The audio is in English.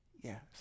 yes